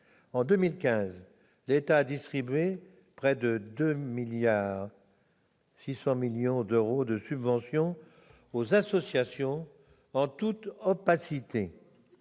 en 2015, l'État a distribué près de 2,06 milliards d'euros de subventions aux associations, en toute opacité.